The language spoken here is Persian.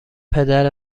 پدر